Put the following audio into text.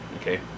okay